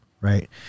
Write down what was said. right